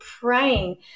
praying